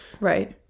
Right